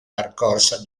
percorsa